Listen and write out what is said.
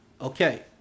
Okay